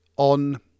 on